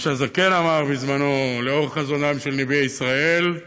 מה שהזקן אמר בזמנו, לאור חזונם של נביאי ישראל: